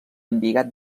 embigat